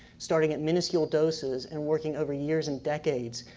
starting at minuscule doses and working over years and decades,